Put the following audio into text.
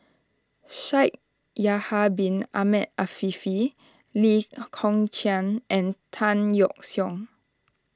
Shaikh Yahya Bin Ahmed Afifi Lee Kong Chian and Tan Yeok Seong